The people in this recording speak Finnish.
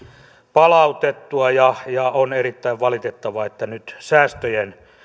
palautettua on erittäin valitettavaa että nyt säästöjen